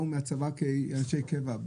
מהצבא כאנשי קבע,